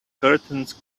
curtains